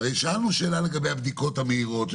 הרי שאלנו שאלה לגבי הבדיקות המהירות,